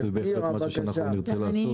זה משהו שנרצה לעשות.